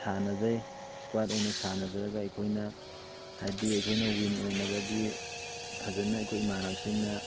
ꯁꯥꯟꯅꯖꯩ ꯏꯁꯀ꯭ꯋꯥꯗ ꯑꯣꯏꯅ ꯁꯥꯟꯅꯖꯔꯒ ꯑꯩꯈꯣꯏꯅ ꯍꯥꯏꯗꯤ ꯑꯩꯈꯣꯏꯅ ꯋꯤꯟ ꯑꯣꯏꯅꯕꯒꯤ ꯐꯖꯅ ꯑꯩꯈꯣꯏ ꯏꯃꯥꯟꯅꯕꯁꯤꯡꯅ